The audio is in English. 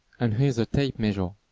and here is a tape measure.